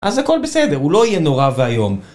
אז הכל בסדר, הוא לא יהיה נורא ואיום.